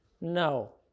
No